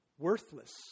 worthless